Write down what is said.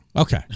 Okay